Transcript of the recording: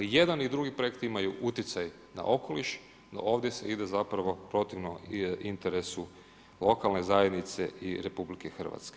i jedan i drugi projekt imaju utjecaj na okoliš, ovdje se ide zapravo protivno interesu lokalne zajednice i RH.